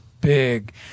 big